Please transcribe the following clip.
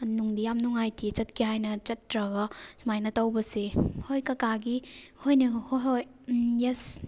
ꯅꯨꯡꯗꯤ ꯌꯥꯝ ꯅꯨꯡꯉꯥꯏꯇꯦ ꯆꯠꯀꯦ ꯍꯥꯏꯅ ꯆꯠꯇ꯭ꯔꯒ ꯁꯨꯃꯥꯏꯅ ꯇꯧꯕꯁꯤ ꯍꯣꯏ ꯀꯀꯥꯒꯤ ꯍꯣꯏꯅꯦ ꯍꯣꯏ ꯍꯣꯏ ꯎꯝ ꯌꯦꯁ